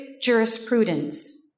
jurisprudence